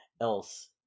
else